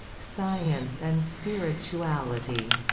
science and spirituality,